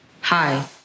Hi